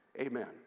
Amen